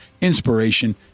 inspiration